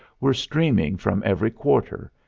were streaming from every quarter,